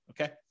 Okay